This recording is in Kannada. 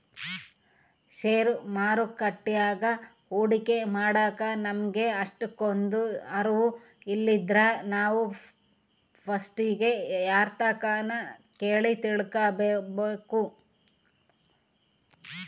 ಷೇರು ಮಾರುಕಟ್ಯಾಗ ಹೂಡಿಕೆ ಮಾಡಾಕ ನಮಿಗೆ ಅಷ್ಟಕೊಂದು ಅರುವು ಇಲ್ಲಿದ್ರ ನಾವು ಪಸ್ಟಿಗೆ ಯಾರ್ತಕನ ಕೇಳಿ ತಿಳ್ಕಬಕು